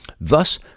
thus